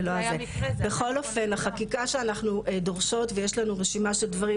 בכל אופן החקיקה שאנחנו דורשות ויש לנו רשימה של דברים,